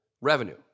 revenue